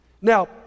Now